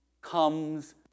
comes